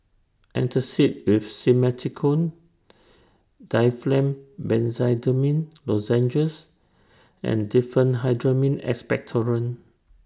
Antacid with Simethicone Difflam Benzydamine Lozenges and Diphenhydramine Expectorant